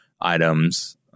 items